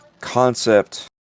concept